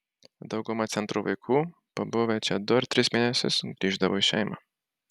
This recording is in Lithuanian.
dauguma centro vaikų pabuvę čia du ar tris mėnesius grįždavo į šeimą